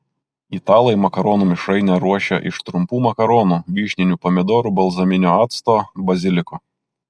italai makaronų mišrainę ruošia iš trumpų makaronų vyšninių pomidorų balzaminio acto baziliko